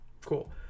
cool